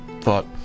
thought